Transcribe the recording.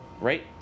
right